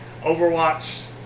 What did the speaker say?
Overwatch